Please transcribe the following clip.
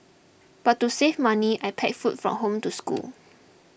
but to save money I packed food from home to school